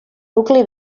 nucli